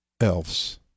elves